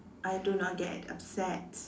I do not get upset